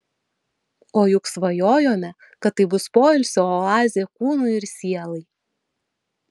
o juk svajojome kad tai bus poilsio oazė kūnui ir sielai